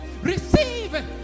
receive